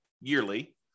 yearly